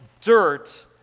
dirt